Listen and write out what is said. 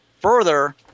Further